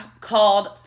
called